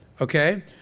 Okay